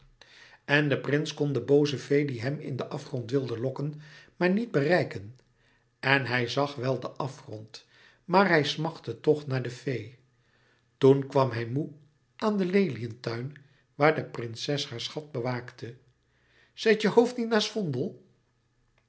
en de prins kon de booze fee die hem in den afgrond wilde lokken maar niet bereiken en hij zag wel den afgrond maar hij smachtte toch naar de fee toen kwam hij moê aan den leliën tuin waar de prinses haar schat bewaakte zet je hooft niet naast vondel